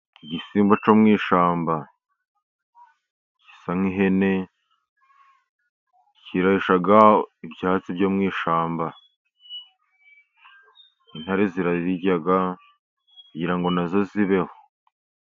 Igisimba cyo mu ishyamba gisa nk'ihene, kirisha ibyatsi byo mu ishyamba, intare zirakirya kugira ngo nazo zibeho.